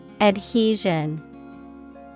Adhesion